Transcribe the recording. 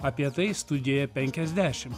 apie tai studijoje penkiasdešimt